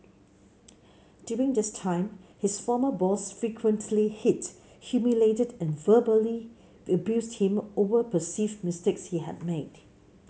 during this time his former boss frequently hit humiliated and verbally abused him over perceived mistakes he had made